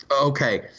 Okay